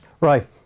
right